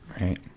right